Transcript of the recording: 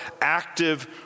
active